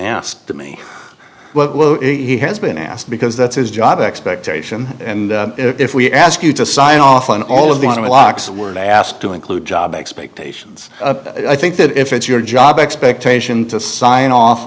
asked to me well if he has been asked because that's his job expectation and if we ask you to sign off on all of the locks we're asked to include job expectations i think that if it's your job expectation to sign off